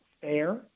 fair